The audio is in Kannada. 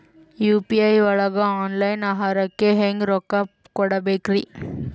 ಯು.ಪಿ.ಐ ಒಳಗ ಆನ್ಲೈನ್ ಆಹಾರಕ್ಕೆ ಹೆಂಗ್ ರೊಕ್ಕ ಕೊಡಬೇಕ್ರಿ?